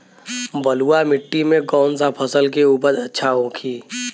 बलुआ मिट्टी में कौन सा फसल के उपज अच्छा होखी?